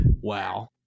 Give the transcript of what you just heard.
Wow